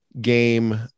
game